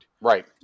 right